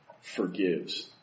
forgives